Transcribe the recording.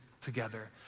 together